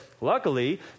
luckily